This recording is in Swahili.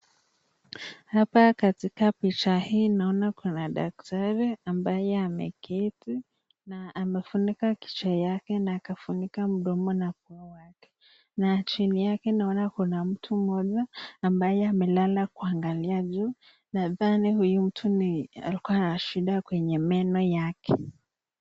Hapa katika picha hii naona kuna daktari ambaye ameketi na amefunika kichwa yake na akafunika mdomo na pua yake. Na chini yake naona kuna mtu mmoja ambaye amelala kuangalia juu. Nadhani mtu huyu ni alikuwa na shida kwenye meno yake.